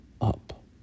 up